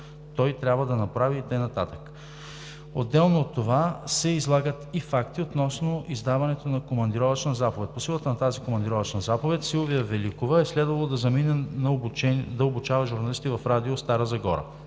той трябва да направи и така нататък. Отделно от това се излагат и факти относно издаването на командировъчна заповед. По силата на тази командировъчна заповед Силвия Великова е следвало да замине да обучава журналисти в Радио „Стара Загора“.